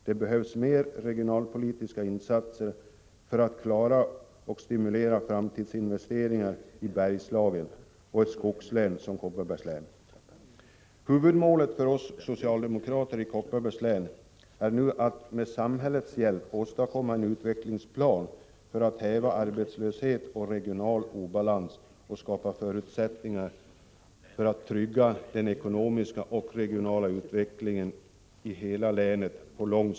Det behövs mer av regionalpolitiska insatser för att genomföra och stimulera till framtidsinvesteringar i Bergslagen och i det skogslän som Kopparbergs län är. Huvudmålet för oss socialdemokrater i Kopparbergs län är nu att med samhällets hjälp åstadkomma en utvecklingsplan för att häva arbetslöshet och regional obalans och skapa förutsättningar för att på lång sikt trygga den ekonomiska och regionala utvecklingen i hela länet.